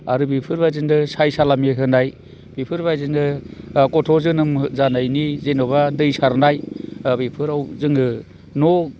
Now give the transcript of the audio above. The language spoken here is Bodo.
आरो बेफोरबादिनो साय सालामि होनाय बेफोरबादिनो गथ' जोनोम जानायनि जेन'बा दै सारनाय दा बेफोराव जोङो न'